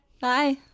Bye